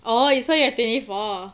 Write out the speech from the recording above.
oh you so you are twenty four